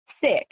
six